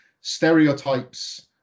stereotypes